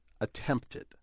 Attempted